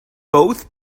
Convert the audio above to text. both